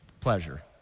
pleasure